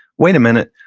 wait a minute.